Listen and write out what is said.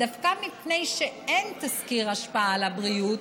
דווקא מפני שאין תסקיר השפעה על הבריאות